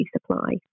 supply